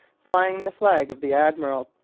flying the flag of the admiral,